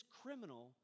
criminal